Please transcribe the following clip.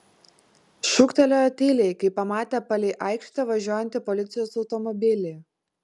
šūktelėjo tyliai kai pamatė palei aikštę važiuojantį policijos automobilį